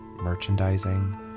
merchandising